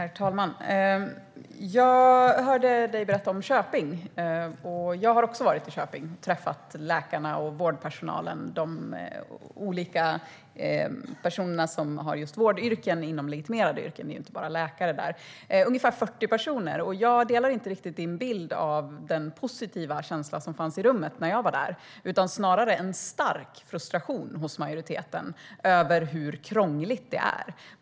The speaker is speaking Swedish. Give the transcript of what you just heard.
Herr talman! Jag hörde dig berätta om Köping, Magda Rasmusson. Jag har också varit i Köping och träffat läkarna och vårdpersonalen - de som har just vårdyrken som kräver legitimation är inte bara läkare. De är ungefär 40 personer. Och jag delar inte den bild som du ger av den positiva känslan i rummet. När jag var där fanns det snarare en stark frustration hos majoriteten över hur krångligt det är.